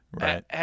Right